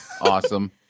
Awesome